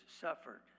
suffered